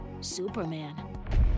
Superman